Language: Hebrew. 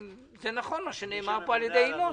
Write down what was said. זה נכון מה שנאמר פה על ידי ינון,